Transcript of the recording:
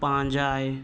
ᱯᱟᱸᱡᱟᱭ